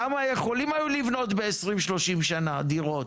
כמה יכולים היו לבנות ב-30-20 שנה דירות?